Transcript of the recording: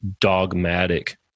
dogmatic